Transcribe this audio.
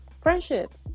Friendships